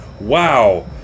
Wow